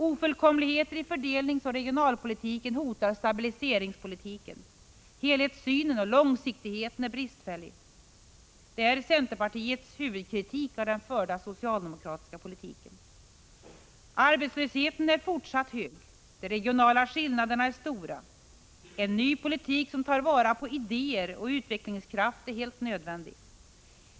Ofullkomligheterna i fördelningsoch regionalpolitiken hotar stabiliseringspolitiken. Helhetssynen och långsiktigheten är bristfällig. Detta är centerpartiets huvudkritik av den förda socialdemokratiska politiken. Arbetslösheten är fortsatt hög. De regionala skillnaderna är stora. En ny politik som tar vara på idéer och utvecklingskraft är helt nödvändig.